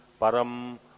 param